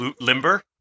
limber